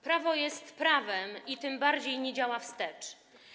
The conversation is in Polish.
Prawo jest prawem, tym bardziej nie działa wstecz.